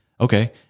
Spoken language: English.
Okay